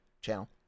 channel